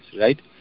right